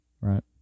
Right